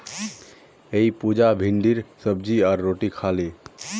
अईज पुजा भिंडीर सब्जी आर रोटी खा ले